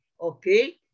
okay